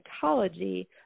psychology